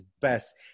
best